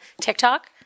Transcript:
TikTok